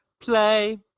play